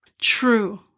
True